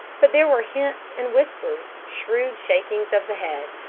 but there were hints and whispers, shrewd shakings of the head,